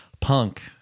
punk